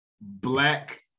black